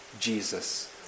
Jesus